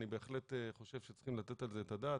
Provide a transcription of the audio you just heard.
אני בהחלט חושב שצריכים לתת על זה את הדעת